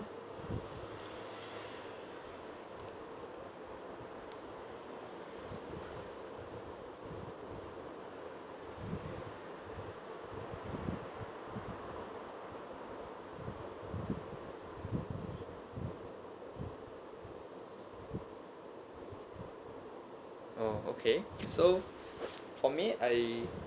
oh okay so for me I